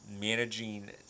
managing